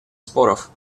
споров